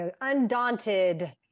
undaunted